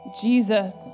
Jesus